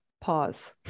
Pause